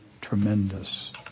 tremendous